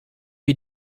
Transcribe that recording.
wie